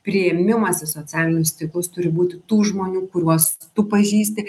priėmimas į socialinius tinklus turi būti tų žmonių kuriuos tu pažįsti